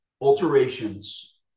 alterations